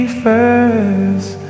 first